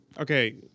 Okay